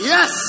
Yes